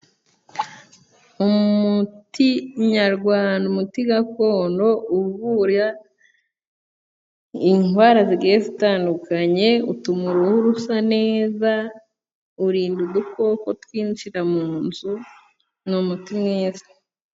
Umuti nyarwanda umuti gakondo uvura indwara zigiye zitandukanye, utuma uruhu rusa neza, urinda udukoko twinjira mu nzu, ni umuti mwiza.